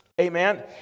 Amen